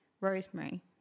Rosemary